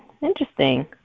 Interesting